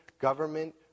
government